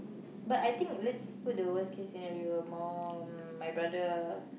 but I think let's put the worst case scenario more my brother